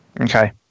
Okay